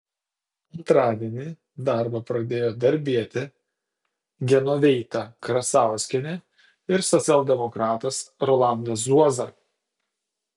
antradienį darbą pradėjo darbietė genoveita krasauskienė ir socialdemokratas rolandas zuoza